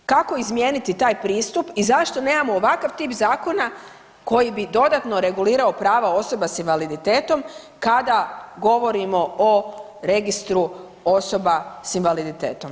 Kako izmijeniti taj pristup i zašto nemamo ovakav tip zakona koji bi dodatno regulirao prava osoba s invaliditetom kada govorimo o registru osoba s invaliditetom.